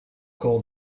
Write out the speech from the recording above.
call